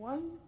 One